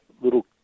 little